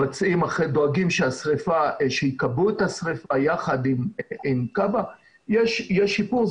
דואגים שיכבו את השריפה יחד עם כב"ה, יש שיפור.